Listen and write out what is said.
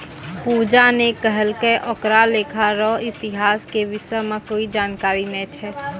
पूजा ने कहलकै ओकरा लेखा रो इतिहास के विषय म कोई जानकारी नय छै